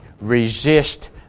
resist